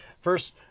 First